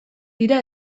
dira